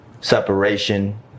separation